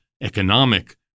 economic